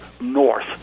North